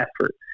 effort